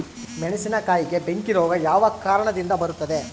ಮೆಣಸಿನಕಾಯಿಗೆ ಬೆಂಕಿ ರೋಗ ಯಾವ ಕಾರಣದಿಂದ ಬರುತ್ತದೆ?